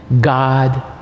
God